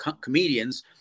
comedians